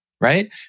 right